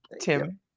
Tim